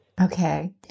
Okay